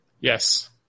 Yes